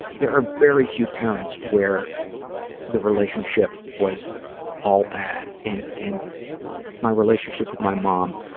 there are very few parents where the relationship was all bad, and and my relationship with my mom,